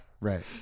Right